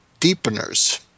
deepeners